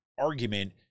argument